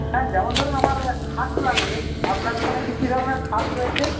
হ্যাঁ যেমন ধরুন আমার খাট লাগবে আপনার ওখানে কী কী ধরনের খাট রয়েছে